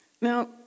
Now